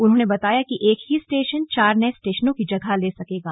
उन्होंने बताया कि एक ही स्टेशन चार नये स्टेशनों की जगह ले सकेगा